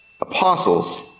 apostles